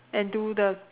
and do the